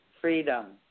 freedom